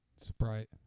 Sprite